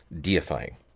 deifying